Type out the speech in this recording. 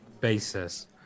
basis